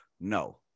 No